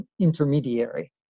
intermediary